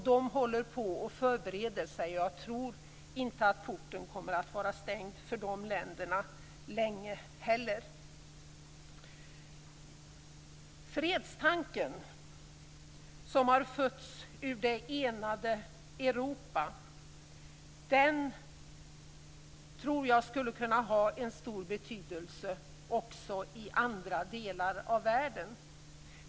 De håller på att förbereda sig för detta, och jag tror inte att porten kommer att vara stängd länge för dessa länder heller. Fredstanken, som har fötts ur det enade Europa, tror jag skulle kunna ha en stor betydelse också i andra delar av världen.